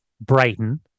Brighton